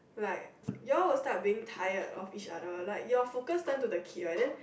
like you all will start being tired of each other like your focus turn to the kid right then